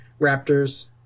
raptors